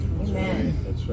Amen